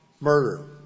murder